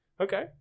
Okay